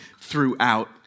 throughout